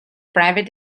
private